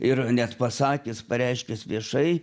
ir net pasakęs pareiškęs viešai